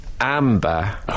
Amber